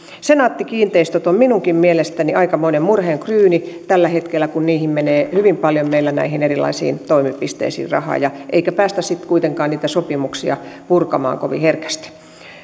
senaattikiinteistöt on minunkin mielestäni aikamoinen murheenkryyni tällä hetkellä kun meillä menee hyvin paljon näihin erilaisiin toimipisteisiin rahaa eikä päästä sitten kuitenkaan niitä sopimuksia purkamaan kovin herkästi